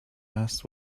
asked